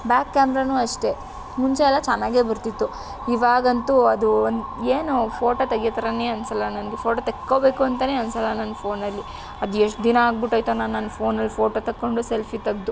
back ಕ್ಯಾಮ್ರಾನು ಅಷ್ಟೆ ಮುಂಚೆಯೆಲ್ಲ ಚೆನ್ನಾಗೆ ಬರ್ತಿತ್ತು ಈವಾಗಂತೂ ಅದು ಒನ್ ಏನೊ ಫೋಟೊ ತೆಗಿಯೋ ಥರನೆ ಅನಿಸಲ್ಲ ನನಗೆ ಫೋಟೊ ತೆಕ್ಕೊಬೇಕಂತನೇ ಅನಿಸಲ್ಲ ನನ್ನ ಫೋನಲ್ಲಿ ಅದೆಷ್ಟು ದಿನ ಆಗ್ಬುಟ್ಟೈತೊ ನಾನು ನನ್ನ ಫೋನಲ್ಲಿ ಫೋಟೊ ತಕ್ಕೊಂಡು ಸೆಲ್ಫಿ ತೆಗೆದು